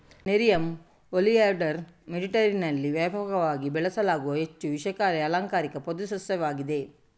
nerium oleander ಮೆಡಿಟರೇನಿಯನ್ನಲ್ಲಿ ವ್ಯಾಪಕವಾಗಿ ಬೆಳೆಸಲಾಗುವ ಹೆಚ್ಚು ವಿಷಕಾರಿ ಅಲಂಕಾರಿಕ ಪೊದೆ ಸಸ್ಯವಾಗಿದೆ